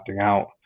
out